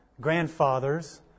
grandfathers